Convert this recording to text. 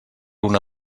una